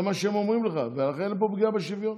זה מה שהם אומרים לך, ולכן אין פה פגיעה בשוויון.